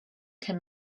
can